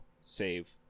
save